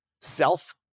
self